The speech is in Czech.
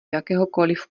jakéhokoliv